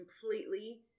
completely